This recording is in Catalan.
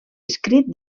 escrit